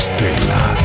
Stella